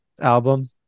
album